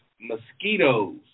mosquitoes